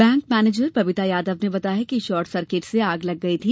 bank manager Babita Yadav ने बताया है कि शॉट सर्किट से आग लग गई थी